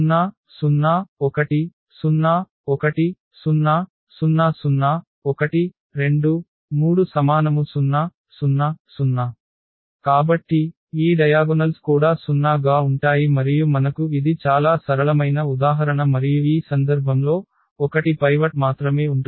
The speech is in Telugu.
0 0 0 1 0 1 0 0 0 x1 x2 x3 0 0 0 కాబట్టి ఈ డయాగొనల్స్ కూడా 0 గా ఉంటాయి మరియు మనకు ఇది చాలా సరళమైన ఉదాహరణ మరియు ఈ సందర్భంలో 1 పైవట్ మాత్రమే ఉంటుంది